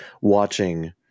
watching